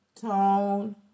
Tone